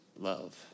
love